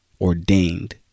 ordained